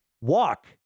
walk